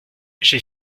j’ai